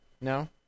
No